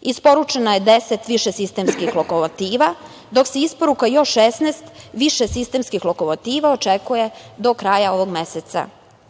Isporučeno je 10 višesistemskih lokomotiva, dok se isporuka još 16 višesistemskih lokomotiva očekuje do kraja ovog